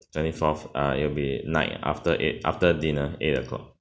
twenty fourth err it'll be night after eight after dinner eight o'clock